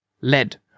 Lead